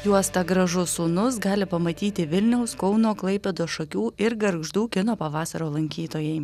juostą gražus sūnus gali pamatyti vilniaus kauno klaipėdos šakių ir gargždų kino pavasario lankytojai